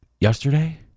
yesterday